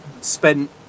spent